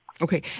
Okay